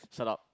shut up